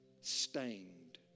stained